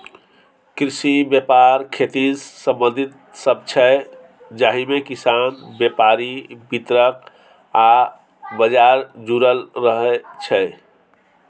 कृषि बेपार खेतीसँ संबंधित शब्द छै जाहिमे किसान, बेपारी, बितरक आ बजार जुरल रहय छै